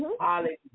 Hallelujah